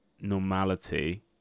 normality